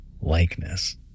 likeness